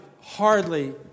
hardly